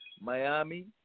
Miami